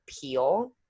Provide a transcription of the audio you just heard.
peel